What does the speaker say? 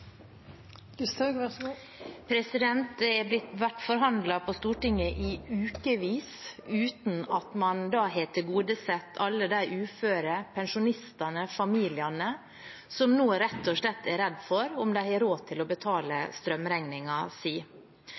Det har vært forhandlet på Stortinget i ukevis uten at man har tilgodesett alle de uføre, pensjonistene og familiene som nå rett og slett er redd for om de har råd til å betale